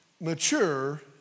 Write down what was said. mature